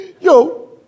Yo